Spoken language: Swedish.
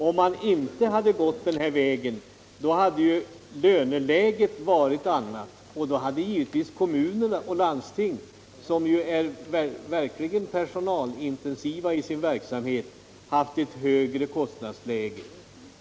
Om man inte gått den vägen, hade löneläget varit ett annat och då hade givetvis kommuner och landsting, som verkligen är personalintensiva i sin verksamhet, haft et högre kostnadsläge.